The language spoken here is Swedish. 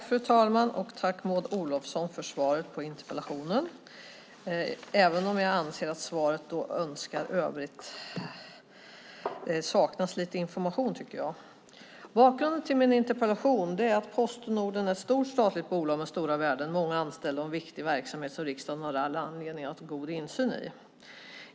Fru talman! Tack, Maud Olofsson, för svaret på interpellationen, även om jag tycker att det saknas lite information! Bakgrunden till min interpellation är att Posten Norden är ett stort statligt bolag med stora värden, många anställda och en viktig verksamhet som riksdagen har all anledning att ha god insyn i.